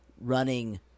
running